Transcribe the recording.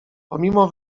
pomimo